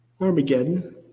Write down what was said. Armageddon